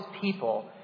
people